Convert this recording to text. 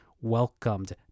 welcomed